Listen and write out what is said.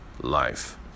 life